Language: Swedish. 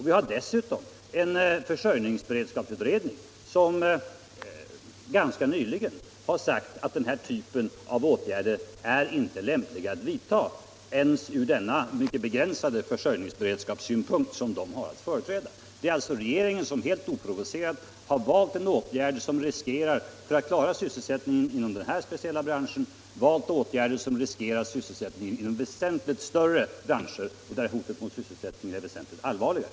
Vi har dessutom en försörjningsberedskapsutredning som ganska nyligen sagt att åtgärder av denna typ inte är lämpliga att vidta ens från den försörjningsberedskapssynpunkt som de har att företräda. Det är alltså regeringen som helt oprovocerat valt en åtgärd för att klara sysselsättningen inom den här lilla branschen med ingrepp som riskerar sysselsättningen inom väsentligt större branscher, där hotet mot sysselsättningen alltså blir väsentligt allvarligare.